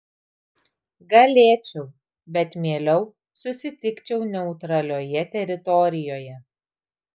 galėčiau bet mieliau susitikčiau neutralioje teritorijoje